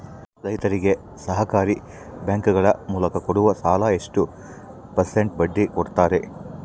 ರೈತರಿಗೆ ಸಹಕಾರಿ ಬ್ಯಾಂಕುಗಳ ಮೂಲಕ ಕೊಡುವ ಸಾಲ ಎಷ್ಟು ಪರ್ಸೆಂಟ್ ಬಡ್ಡಿ ಕೊಡುತ್ತಾರೆ?